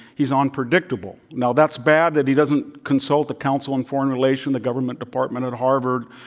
he's unpredictable. now, that's bad that he doesn't consult the council on foreign relation, the government department at harvard,